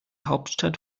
hauptstadt